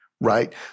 right